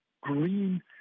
green